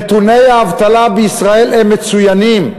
נתוני האבטלה בישראל הם מצוינים,